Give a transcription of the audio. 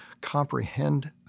comprehend